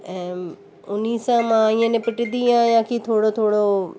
ऐं उन्ही सां मां इअं निपिटंदी आहियां की थोरो थोरो